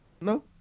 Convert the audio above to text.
No